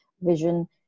vision